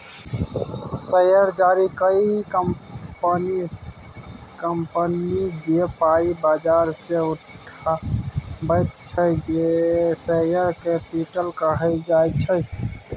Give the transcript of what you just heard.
share जारी कए company जे पाइ बजार सँ उठाबैत छै शेयर कैपिटल कहल जाइ छै